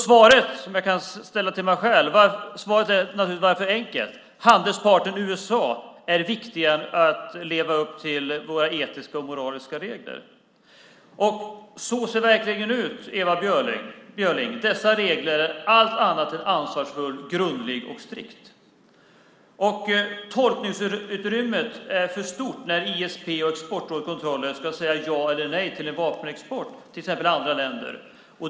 Svaret jag kan ge mig själv är naturligtvis enkelt: Handelspartnern USA är viktigare än att leva upp till våra etiska och moraliska regler. Så ser verkligheten ut, Ewa Björling. Dessa regler är allt annat än ansvarsfulla, grundliga och strikta. Tolkningsutrymmet är för stort när ISP och Exportrådet med kontroller ska säga ja eller nej till exempelvis vapenexport till andra länder.